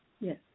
Yes